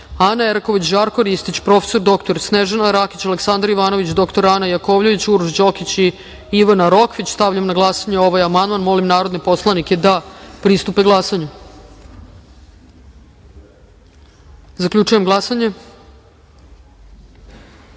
Ana Eraković, Žarko Ristić, prof. dr Snežana Rakić, Aleksandar Ivanović, dr Ana Jakovljević, Uroš Đokić i Ivana Rokvić. Stavljam na glasanje ovaj amandman. Molim narodne poslanike da glasaju. Zaključujem glasanje: